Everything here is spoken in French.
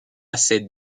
cette